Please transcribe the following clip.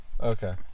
Okay